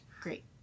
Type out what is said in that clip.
Great